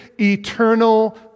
eternal